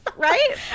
right